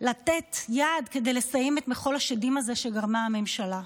לתת יד כדי לסיים את מחול השדים הזה שגרמה הממשלה.